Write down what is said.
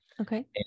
Okay